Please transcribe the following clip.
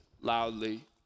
loudly